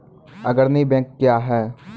अग्रणी बैंक क्या हैं?